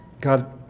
god